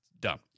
Dumb